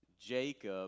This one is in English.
Jacob